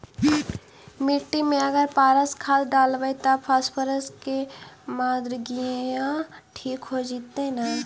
मिट्टी में अगर पारस खाद डालबै त फास्फोरस के माऋआ ठिक हो जितै न?